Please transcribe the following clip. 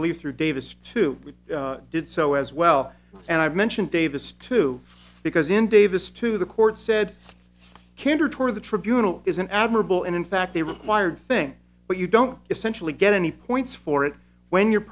believe through davis to we did so as well and i mentioned davis too because in davis to the court said cantor tour the tribunal is an admirable and in fact the required thing but you don't essentially get any points for it when you